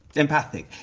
empathic,